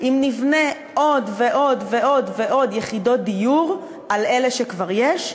אם נבנה עוד ועוד ועוד ועוד יחידות דיור על אלה שכבר יש,